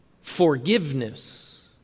forgiveness